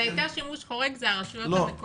על היתר שימוש חורג זה הרשויות המקומיות.